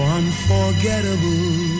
unforgettable